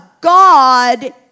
God